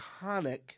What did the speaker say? iconic